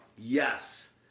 yes